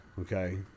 okay